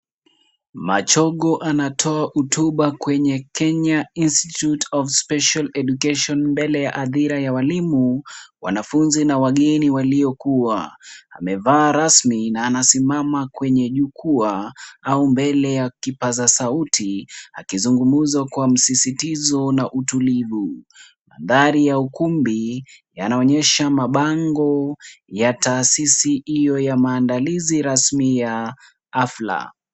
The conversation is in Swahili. Machogo anatoa hotuba kwenye Kenya Institute of Special Education mbele ya hadhira ya walimu, wanafunzi na wageni waliokua. Amevaa radmi na anasimama kwenye jukwaa au mbele ya kipaza sauti akizungumza kwa msisitizo na utulivu. Mandhari ya ukumbi yanaonyesha mabango ya taasisi hiyo ya maandalizi rasmi ya hafla.